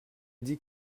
dit